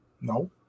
No